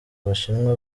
abashinwa